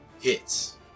Hits